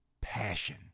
passion